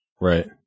Right